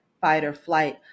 fight-or-flight